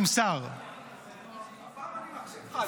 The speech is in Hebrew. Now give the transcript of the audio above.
נמסר --- הפעם אני מקשיב לך,